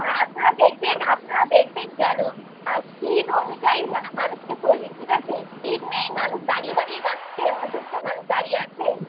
হ্যাঁ আপনারা দেখবেন আপনারা দেখবেন যেন সিট অনুযায়ী যেন মানুষকে তোলে ঠিক আছে সিট নেই মানুষ দাঁড়িয়ে দাঁড়িয়ে যাচ্ছে অসুস্থ মানুষ দাঁড়িয়ে আছে